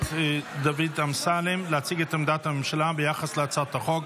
דוד אמסלם להציג את עמדת הממשלה ביחס להצעת החוק,